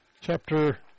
Chapter